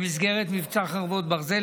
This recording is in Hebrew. במסגרת מבצע חרבות ברזל,